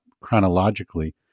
chronologically